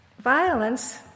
violence